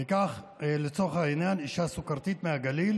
ניקח לצורך העניין אישה סוכרתית מהגליל